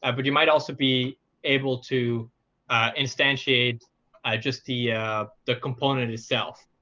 ah but you might also be able to instantiate just the ah the component itself.